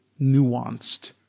nuanced